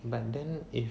but then if